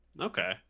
Okay